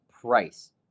price